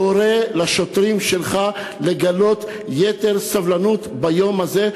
תורה לשוטרים שלך לגלות יתר סבלנות ביום הזה,